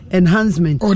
enhancement